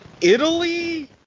Italy